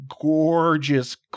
gorgeous